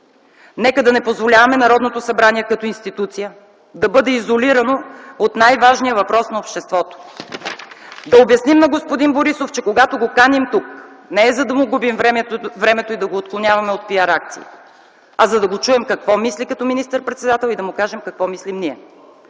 Нека да не позволяваме Народното събрание като институция да бъде изолирано от най-важния въпрос на обществото. Да обясним на господин Борисов, че когато го каним тук не е за да му губим времето и да го отклоняваме от PR-акции, а за да го чуем какво мисли като министър-председател и да му кажем какво мислим ние.